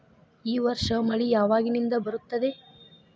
ಈ ವರ್ಷ ಮಳಿ ಯಾವಾಗಿನಿಂದ ಬರುತ್ತದೆ?